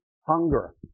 hunger